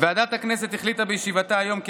ועדת הכנסת החליטה בישיבתה היום כי